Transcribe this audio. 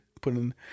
putting